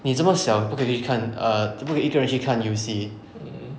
你这么小你不可以去看 err 不可以一个人去看游戏